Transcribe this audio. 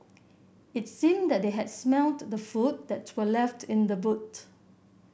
it seemed that they had smelt the food that were left in the boot